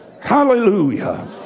Hallelujah